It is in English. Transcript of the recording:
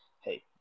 hey